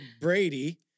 Brady